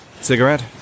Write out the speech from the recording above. Cigarette